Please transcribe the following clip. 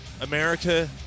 America